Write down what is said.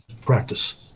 practice